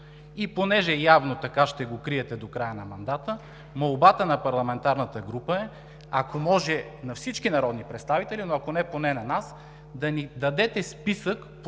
И понеже явно така ще го криете до края на мандата, молбата на парламентарната група е, ако може на всички народни представители, но ако не, поне на нас да ни дадете списък